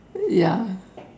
ya